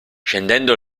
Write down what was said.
scendendo